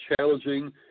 challenging